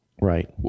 Right